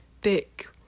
thick